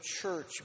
church